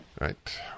right